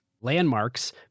landmarks